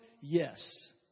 Yes